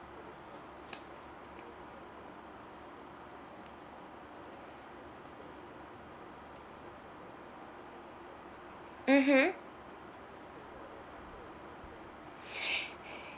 mmhmm